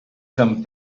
sant